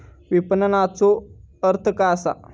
विपणनचो अर्थ काय असा?